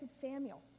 Samuel